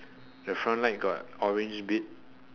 the front light got orange bit